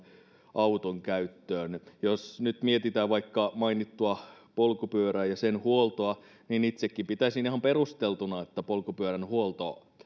auton käyttöön jos nyt mietitään vaikka mainittua polkupyörää ja sen huoltoa niin itsekin pitäisin ihan perusteltuna että polkupyörän huolto